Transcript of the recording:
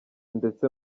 ndetse